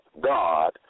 God